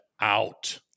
out